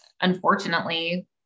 Unfortunately